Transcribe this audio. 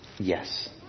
Yes